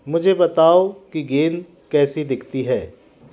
मुझे बताओ कि गेंद कैसी दिखती है